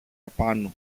απάνω